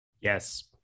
yes